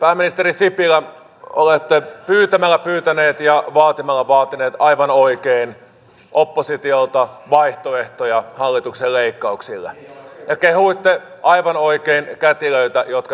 pääministeri sipilä olette pyytämällä pyytänyt ja vaatimalla vaatinut aivan oikein oppositiolta vaihtoehtoja hallituksen leikkauksille ja kehuitte aivan oikein kätilöitä jotka näin tekivät